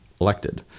elected